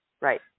right